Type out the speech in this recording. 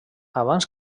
abans